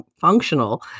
functional